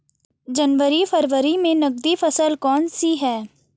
जनवरी फरवरी में नकदी फसल कौनसी है?